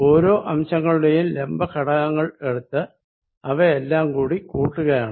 ഓരോ അംശങ്ങളുടെയും ലംബ ഘടകങ്ങൾ എടുത്ത് അവ എല്ലാം കൂടി കൂട്ടുകയാണ്